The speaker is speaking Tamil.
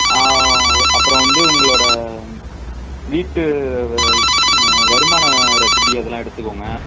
ஆ அப்புறம் வந்து உங்களோட வீட்டு வருமான ரசீது அதெல்லாம் எடுத்துக்கங்க